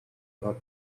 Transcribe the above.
hug